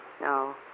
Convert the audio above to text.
No